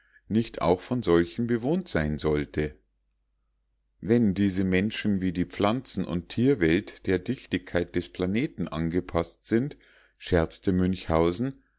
nicht auch von solchen bewohnt sein sollte wenn diese menschen wie die pflanzen und tierwelt der dichtigkeit des planeten angepaßt sind scherzte münchhausen